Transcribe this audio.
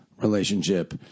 relationship